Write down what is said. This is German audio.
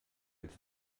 als